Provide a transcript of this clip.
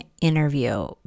interview